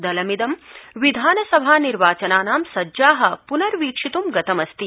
दलमिदं विधानसभानिर्वाचनानां सज्जा प्नर्वीक्षित्ं गतमस्ति